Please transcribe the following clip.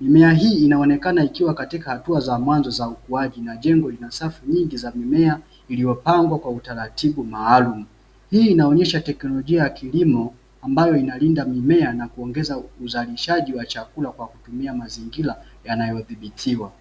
Mimea hii inaonekana ikiwa katika hatua za mwanzo za ukuaji, na jengo lina safu nyingi za mimea iliyopangwa kwa utaratibu maalum. Hii inaonyesha teknolojia ya kilimo ambayo inalinda mimea na kuongeza uzalishaji wa chakula kwa kutumia mazingira yanayodhibitiwa.